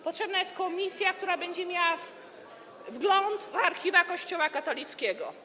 Potrzebna jest komisja, która będzie miała wgląd w archiwa Kościoła katolickiego.